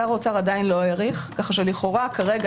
שר האוצר עדיין לא האריך כך שלכאורה כרגע,